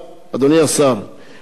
לייעל, כן,